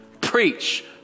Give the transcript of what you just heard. preach